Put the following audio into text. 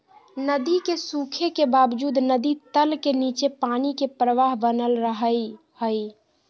नदी के सूखे के बावजूद नदी तल के नीचे पानी के प्रवाह बनल रहइ हइ